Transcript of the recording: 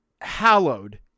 hallowed